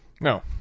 No